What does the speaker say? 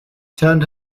turned